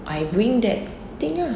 I bring that thing lah